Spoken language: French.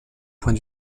point